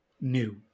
new